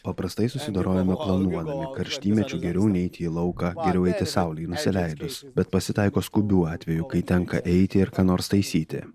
paprastai susidorojame planuodami karštymečiu geriau neiti į lauką geriau eiti saulei nusileidus bet pasitaiko skubių atvejų kai tenka eiti ir ką nors taisyti